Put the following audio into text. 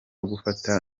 gufata